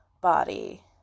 body